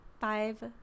five